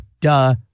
Duh